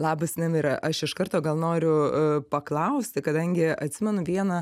labas nemira aš iš karto gal noriu paklausti kadangi atsimenu vieną